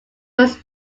was